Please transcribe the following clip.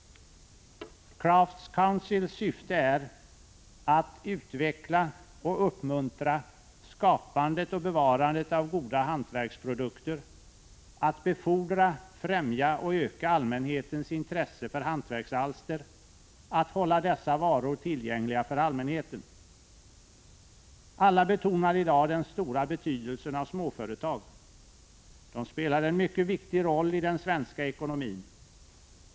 Crafts Councils syfte är: att utveckla och uppmuntra skapandet och bevarandet av goda hantverksprodukter, att befordra, främja och öka allmänhetens intresse för hantverksalster och att hålla dessa varor tillgängliga för allmänheten. Alla betonar i dag den stora betydelsen av småföretag. De spelar en mycket viktig roll i den svenska ekonomin.